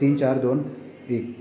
तीन चार दोन एक